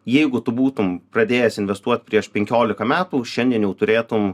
jeigu tu būtum pradėjęs investuot prieš penkiolika metų šiandien jau turėtum